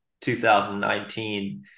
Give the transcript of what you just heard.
2019